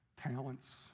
talents